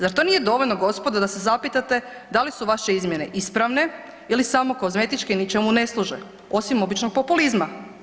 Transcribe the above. Zar to nije dovoljno gospodo da se zapitate da li su vaše izmjene ispravne ili samo kozmetičke i ničemu ne služe osim običnog populizma.